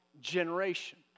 generation